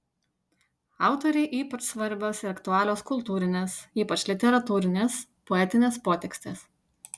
autorei ypač svarbios ir aktualios kultūrinės ypač literatūrinės poetinės potekstės